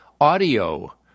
audio